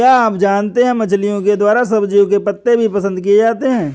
क्या आप जानते है मछलिओं के द्वारा सब्जियों के पत्ते भी पसंद किए जाते है